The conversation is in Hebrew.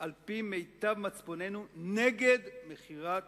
על-פי מיטב מצפוננו נגד מכירת